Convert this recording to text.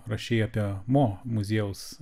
rašei apie mo muziejaus